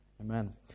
Amen